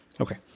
Okay